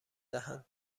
دهند